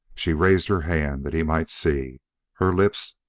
she raised her hand that he might see her lips,